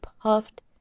puffed